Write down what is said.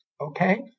Okay